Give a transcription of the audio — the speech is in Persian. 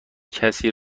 کسی